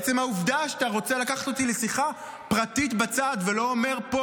עצם העובדה שאתה רוצה לקחת אותי לשיחה פרטית בצד ולא אומר פה,